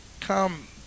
come